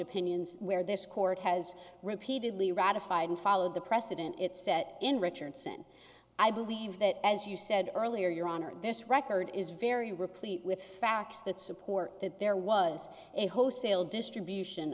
opinions where this court has repeatedly ratified and followed the precedent it set in richardson i believe that as you said earlier your honor this record is very replete with facts that support that there was a ho sale distribution